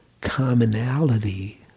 commonality